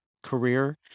career